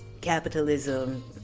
capitalism